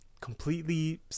completely